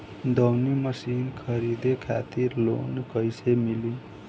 दऊनी मशीन खरीदे खातिर लोन कइसे मिली?